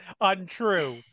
Untrue